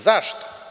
Zašto?